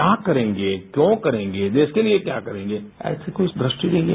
क्या करेंगे क्यों करेंगे देश के लिए क्या करेंगे ऐसा कुछ दृष्टि नहीं है